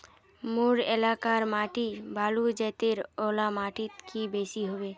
मोर एलाकार माटी बालू जतेर ओ ला माटित की बेसी हबे?